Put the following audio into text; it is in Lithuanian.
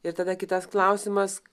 ir tada kitas klausimas